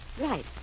Right